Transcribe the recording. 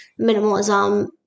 minimalism